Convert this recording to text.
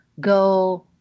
Go